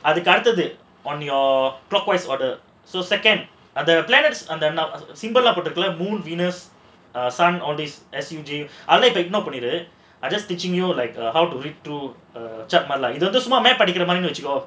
அதுக்கு அடுத்தது:adhukku aduthathu on your clockwise order so second other போட்ருக்குல:potrukkula moon venus sun all this பண்ணிடு:pannidu I just teaching you like uh how to read to check my இது வந்து சும்மா படிக்கிற மாதிரி வச்சிக்கோ:idhu vandhu summa padikkura maadhiri vachikko